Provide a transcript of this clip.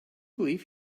believe